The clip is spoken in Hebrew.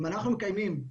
אם אנחנו מקיימים,